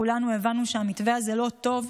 כולנו הבנו שהמתווה הזה לא טוב,